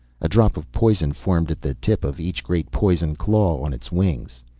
a drop of poison formed at the tip of each great poison claw on its wings.